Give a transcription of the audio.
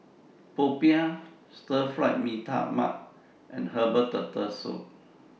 Popiah Stir Fry Mee Tai Mak and Herbal Turtle Soup